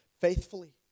faithfully